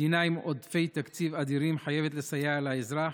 מדינה עם עודפי תקציב אדירים חייבת לסייע לאזרח.